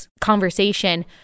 conversation